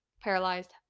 paralyzed